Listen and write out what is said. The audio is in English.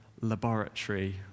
laboratory